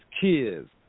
kids